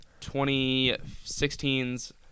2016's